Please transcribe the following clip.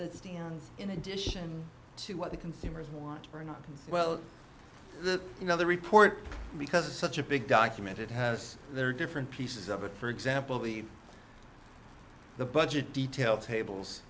that stands in addition to what the consumers want or not well you know the report because it's such a big document it has there are different pieces of it for example the the budget detail